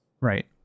Right